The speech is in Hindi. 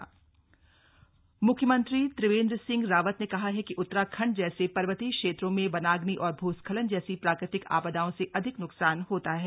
सीएम एनडीएमए म्ख्यमंत्री त्रिवेंद्र सिंह रावत ने कहा है कि उत्तराखण्ड जैसे पर्वतीय क्षेत्रों में वनाग्नि और भूस्खलन जैसी प्राकृतिक आपदाओं से अधिक न्कसान होता है